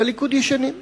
ובליכוד ישנים.